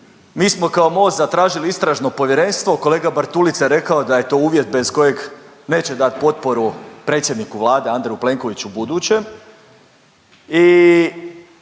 Mi smo kao MOST zatražili istražno povjerenstvo. Kolega Bartulica je rekao da je to uvjet bez kojeg neće dati potporu predsjedniku Vlade Andreju Plenkoviću budućem